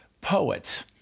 poets